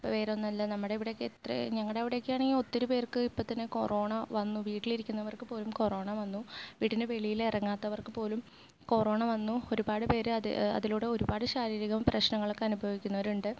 ഇപ്പോൾ വേറെ ഒന്നുമല്ല നമ്മുടെ ഇവിടെയെക്കെ എത്ര ഞങ്ങളുടെ അവിടെയൊക്കെയാണെങ്കിൽ ഒത്തിരി പേര്ക്ക് ഇപ്പം തന്നെ കൊറോണ വന്നു വീട്ടിൽ ഇരിക്കുന്നവര്ക്ക് പോലും കൊറോണ വന്നു വീട്ടിന് വെളിയിൽ ഇറങ്ങാത്തവര്ക്ക് പോലും കൊറോണ വന്നു ഒരുപാട് പേർ അത് അതിലൂടെ ഒരുപാട് ശാരീരിക പ്രശ്നങ്ങളൊക്കെ അനുഭവിക്കുന്നവരുണ്ട്